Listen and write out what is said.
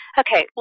okay